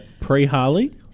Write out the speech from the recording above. pre-Harley